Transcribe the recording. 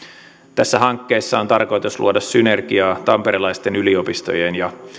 tässä hankkeessa on tarkoitus luoda synergiaa tamperelaisten yliopistojen ja